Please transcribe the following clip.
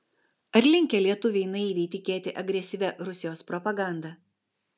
ar linkę lietuviai naiviai tikėti agresyvia rusijos propaganda